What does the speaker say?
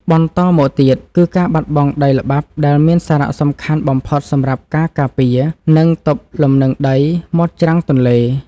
បន្តមកទៀតគឺការបាត់បង់ដីល្បាប់ដែលមានសារៈសំខាន់បំផុតសម្រាប់ការការពារ និង ទប់លំនឹងដីមាត់ច្រាំងទន្លេ។